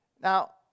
Now